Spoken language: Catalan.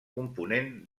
component